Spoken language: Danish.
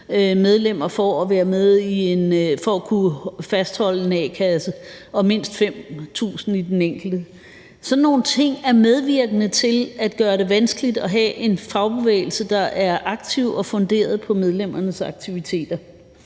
medlemmer for at kunne fastholde en a-kasse og mindst 5.000 i den enkelte. Sådan nogle ting er medvirkende til at gøre det vanskeligt at have en fagbevægelse, der er aktiv og funderet på medlemmernes aktiviteter.